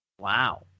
Wow